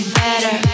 better